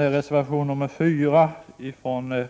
I reservation 4 föreslår